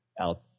out